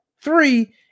Three